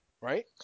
Right